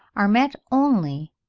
are met only,